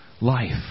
Life